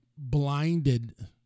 blinded